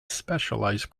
specialized